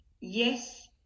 Yes